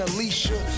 Alicia